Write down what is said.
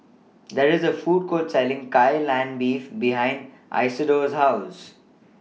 There IS A Food Court Selling Kai Lan Beef behind Isidore's House